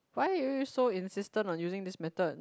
why are you so insistent on using this method